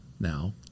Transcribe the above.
now